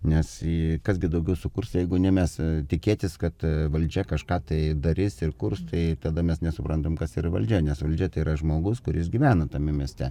nes kas gi daugiau sukurs jeigu ne mes tikėtis kad valdžia kažką tai darys ir kurs tai tada mes nesuprantam kas yra valdžia nes valdžia tai yra žmogus kuris gyvena tame mieste